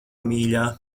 mīļā